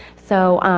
so,